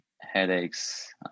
headaches